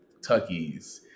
Tuckies